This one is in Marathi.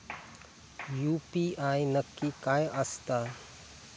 यू.पी.आय नक्की काय आसता?